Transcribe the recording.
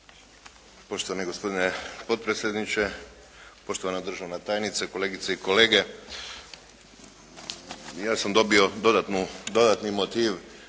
Poštovani gospodine potpredsjedniče, poštovana državna tajnice, kolegice i kolege. Ja sam dobio dodatni motiv